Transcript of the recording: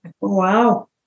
Wow